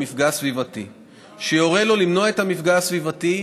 למפגע סביבתי